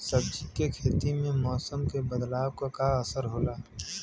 सब्जी के खेती में मौसम के बदलाव क का असर होला?